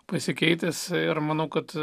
pasikeitęs ir manau kad